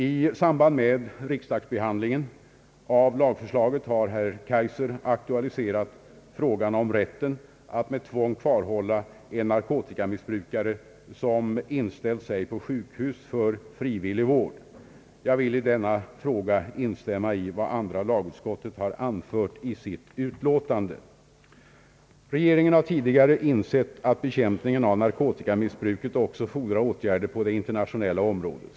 I samband med riksdagsbehandlingen av lagförslaget har herr Kaijser aktualiserat frågan om rätten att med tvång kvarhålla en narkotikamissbrukare, som inställt sig på sjukhus för frivillig vård. Jag vill i denna fråga instämma i vad andra lagutskottet anfört i sitt utlåtande. Regeringen har tidigare insett att bekämpningen av narkotikamissbruket också fordrar åtgärder på det internationella området.